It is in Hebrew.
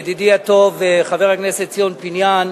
ידידי הטוב חבר הכנסת ציון פיניאן